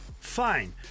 fine